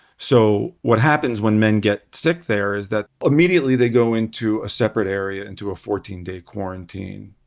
so what happens when men get sick there is that immediately they go into a separate area, into a fourteen day quarantine.